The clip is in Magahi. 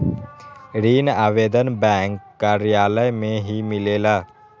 ऋण आवेदन बैंक कार्यालय मे ही मिलेला?